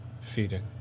feeding